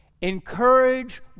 Encourage